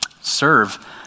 serve